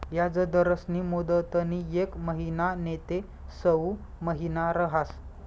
याजदरस्नी मुदतनी येक महिना नैते सऊ महिना रहास